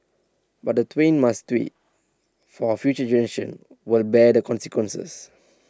but the twain must meet for future generations will bear the consequences